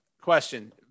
Question